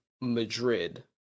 Madrid